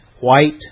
White